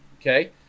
Okay